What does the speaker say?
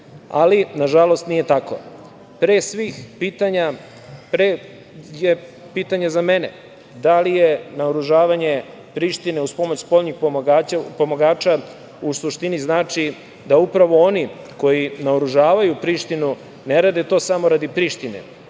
ali na žalost nije tako. Pre svih pitanja, pre je pitanje za mene, da li je naoružavanje Prištine uz pomoć spoljnih pomagača u suštini znači da upravo oni koji naoružavaju Prištinu, ne rade to samo radi Prištine,